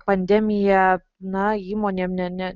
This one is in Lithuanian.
pandemija na įmonėm ne ne